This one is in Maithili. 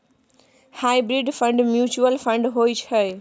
हाइब्रिड फंड म्युचुअल फंड होइ छै